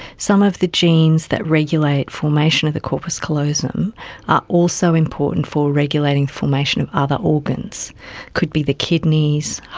some of the genes that regulate formation of the corpus callosum are also important for regulating formation of other organs. it could be the kidneys,